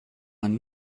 man